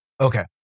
okay